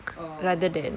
oh